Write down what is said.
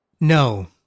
No